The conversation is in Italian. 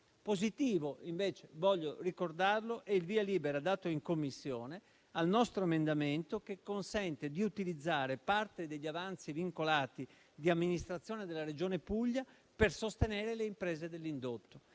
Positivo, invece, voglio ricordarlo, è il via libera dato in Commissione al nostro emendamento, che consente di utilizzare parte degli avanzi vincolati di amministrazione della Regione Puglia per sostenere le imprese dell'indotto.